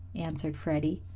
answered freddie.